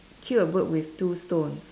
kill a bird with two stones